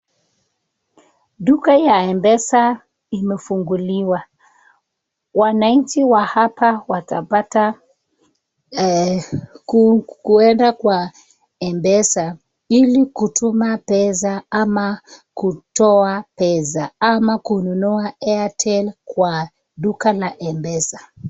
Duka ya M-PESA imefunguliwa. Wananchi wa hapa watapata kuweka kwa M-PESA ili kutuma pesa ama kutoa pesa, ama kununua airtime kwa duka la M-PESA.